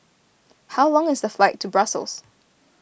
how long is the flight to Brussels